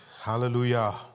Hallelujah